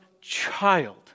child